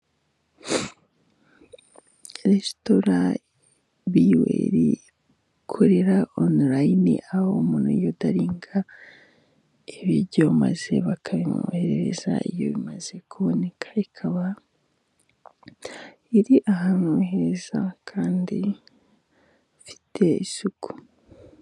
Resitora biyuweri ikorera onurayini, aho umuntu yudaringa ibiryo maze bakabimwoherereza iyo bimaze kuboneka, ikaba iri ahantu heza kandi ifite isuku.